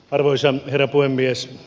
arvoisa herra puhemies